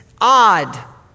odd